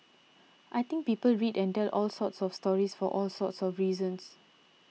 I think people read and tell all sorts of stories for all sorts of reasons